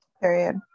Period